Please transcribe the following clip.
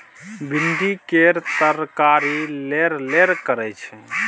भिंडी केर तरकारी लेरलेर करय छै